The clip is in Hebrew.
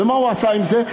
ומה הוא עשה עם זה?